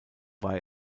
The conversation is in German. war